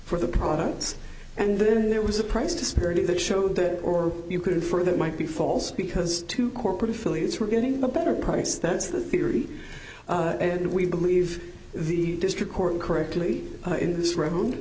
for the products and then there was a price disparity that showed that or you could infer that might be false because two corporate affiliates were getting a better price that's the theory and we believe the district court correctly in this ro